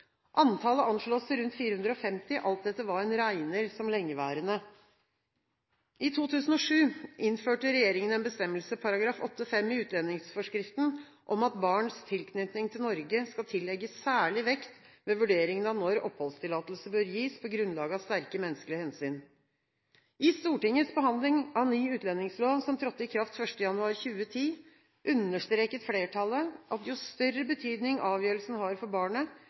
Antallet anslås til rundt 450, alt etter hva en regner som lengeværende. I 2007 innførte regjeringen en bestemmelse, § 8-5 i utlendingsforskriften, om at barns tilknytning til Norge skal tillegges særlig vekt ved vurderingen av når oppholdstillatelse bør gis på grunnlag av sterke menneskelige hensyn. I Stortingets behandling av ny utlendingslov, som trådte i kraft 1. januar 2010, understreket flertallet at jo større betydning avgjørelsen har for barnet,